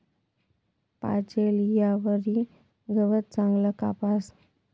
पाजेल ईयावरी गवत चांगलं कापास